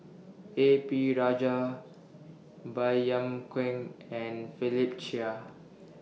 A P Rajah Baey Yam Keng and Philip Chia